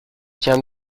tiens